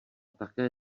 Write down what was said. také